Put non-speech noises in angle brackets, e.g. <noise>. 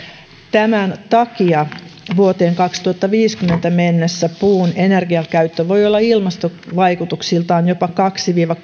tämän takia vuoteen kaksituhattaviisikymmentä mennessä puun energiankäyttö voi olla ilmastovaikutuksiltaan jopa kaksi viiva <unintelligible>